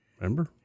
Remember